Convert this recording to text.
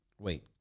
Wait